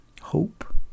Hope